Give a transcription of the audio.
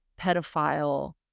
pedophile